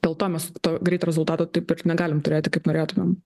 dėl to mes to greito rezultato taip ir negalim turėti kaip norėtumėm